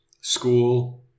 school